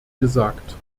gesagt